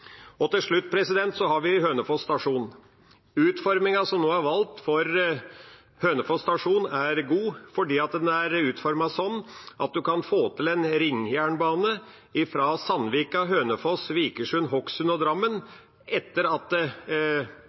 Ringerike. Til slutt har vi Hønefoss stasjon. Utformingen som nå er valgt for Hønefoss stasjon, er god, fordi den er utformet slik at en kan få til en ringjernbane – Sandvika, Hønefoss, Vikersund, Hokksund og Drammen – etter at